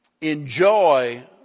enjoy